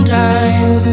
time